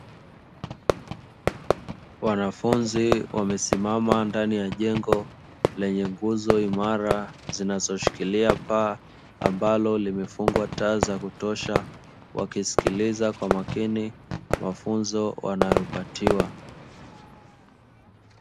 Wanafunzi wamesimama ndani ya jengo lenye nguzo imara, zinazoshikiria paa ambalo limefungwa taa za kutosha wakisikiliza kwa makini mafunzo wanayopatiwa.